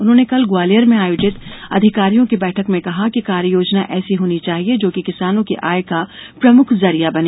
उन्होंने कल ग्वालियर में आयोजित अधिकारियों की बैठक में कहा कि कार्ययोजना ऐसी होनी चाहिए जो किसानों की आय का प्रमुख जरिया बने